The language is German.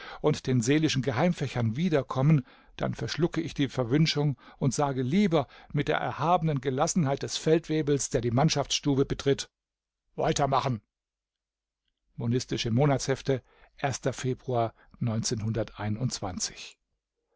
und den seelischen geheimfächern wiederkommen dann verschlucke ich die verwünschung und sage lieber mit der erhabenen gelassenheit des feldwebels der die mannschaftsstube betritt weitermachen monistische monatshefte februar